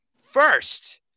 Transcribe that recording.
First